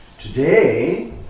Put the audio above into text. Today